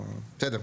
בסדר,